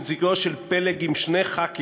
נציגו של פלג עם שני חברי כנסת,